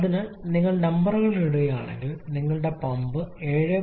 അതിനാൽ നിങ്ങൾ നമ്പറുകൾ ഇടുകയാണെങ്കിൽ നിങ്ങളുടെ പമ്പ് 7